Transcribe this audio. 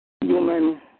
human